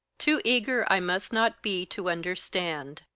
too eager i must not be to understand.